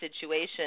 situation